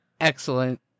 Excellent